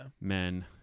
men